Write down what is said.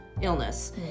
illness